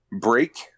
break